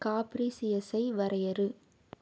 காப்ரிசியஸை வரையறு